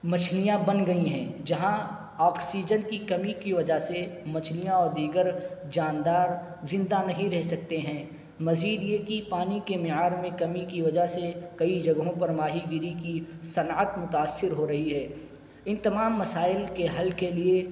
مچھلیاں بن گئی ہیں جہاں آکسیجن کی کمی کی وجہ سے مچھلیاں اور دیگر جاندار زندہ نہیں رہ سکتے ہیں مزید یہ کہ پانی کے معیار میں کمی کی وجہ سے کئی جگہوں پر ماہی گیری کی صنعت متاثر ہو رہی ہے ان تمام مسائل کے حل کے لیے